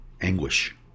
anguish